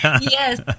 yes